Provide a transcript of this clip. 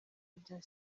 bya